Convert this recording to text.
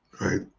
right